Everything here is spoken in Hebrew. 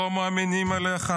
לא מאמינים לך,